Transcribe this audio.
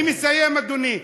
אני מסיים, אדוני.